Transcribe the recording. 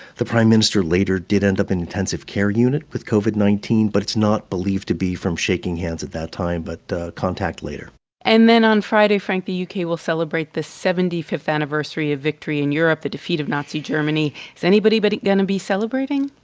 the prime minister later did end up in intensive care unit with covid nineteen, but it's not believed to be from shaking hands at that time but contact later and then on friday, frank, the u k. will celebrate the seventy fifth anniversary of victory in europe, the defeat of nazi germany. is anybody but going to be celebrating?